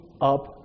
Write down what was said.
up